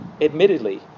admittedly